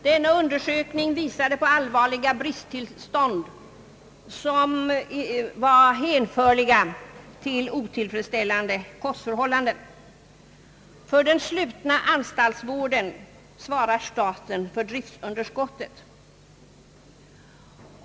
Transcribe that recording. Denna undersökning visade på allvarliga bristtillstånd som var att hänföra till otillfredsställande kostförhål landen. För den slutna anstaltsvården svarar staten för driftunderskottet.